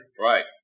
Right